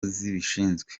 zibishinzwe